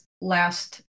last